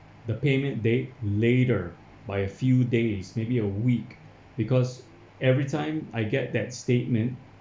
the payment date later by a few days maybe a week because every time I get that statement